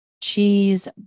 cheese